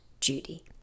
Judy